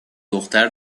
دختر